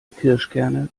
kirschkerne